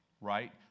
right